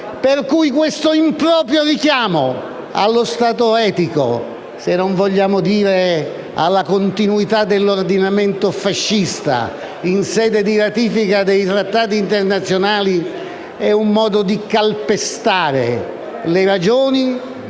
Per cui l'improprio richiamo allo Stato etico, se non vogliamo dire alla continuità dell'ordinamento fascista in sede di ratifica dei trattati internazionali, è un modo di calpestare le ragioni,